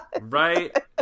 Right